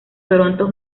toronto